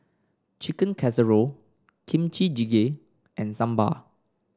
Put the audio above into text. Chicken Casserole Kimchi Jjigae and Sambar